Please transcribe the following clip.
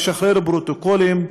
לשחרר פרוטוקולים,